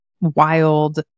wild